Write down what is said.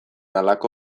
halako